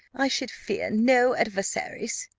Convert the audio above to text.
i should fear no adversaries.